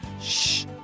shh